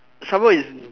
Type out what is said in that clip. somemore is